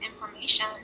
information